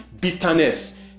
bitterness